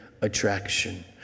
attraction